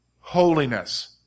holiness